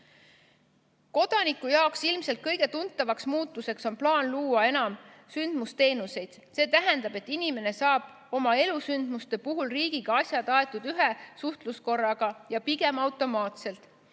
jaoks ilmselt kõige tuntavam muutus on plaan luua enam sündmusteenuseid. See tähendab, et inimene saab oma elusündmuste puhul riigiga asjad aetud ühe suhtluskorraga ja pigem automaatselt.